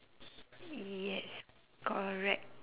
yes correct